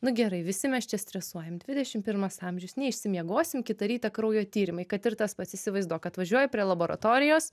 nu gerai visi mes čia stresuojam dvidešimt pirmas amžius neišsimiegosim kitą rytą kraujo tyrimai kad ir tas pats įsivaizduok atvažiuoji prie laboratorijos